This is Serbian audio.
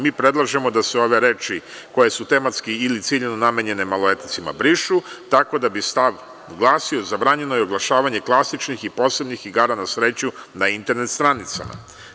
Mi predlažemo da se ove reči – koje su tematski ili ciljano namenjene maloletnicima brišu, tako da bi stav glasio – zabranjeno je oglašavanje klasičnih i posebnih igara na sreću na internet stranicama.